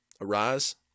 Arise